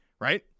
right